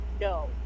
no